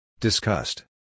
Discussed